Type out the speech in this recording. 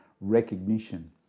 recognition